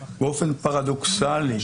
באופן פרדוקסלי,